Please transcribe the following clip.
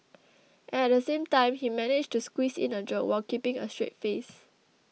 and at the same time he managed to squeeze in a joke while keeping a straight face